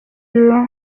bureau